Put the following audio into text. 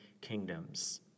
kingdoms